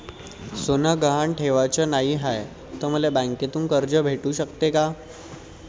सोनं गहान ठेवाच नाही हाय, त मले बँकेतून कर्ज भेटू शकते का?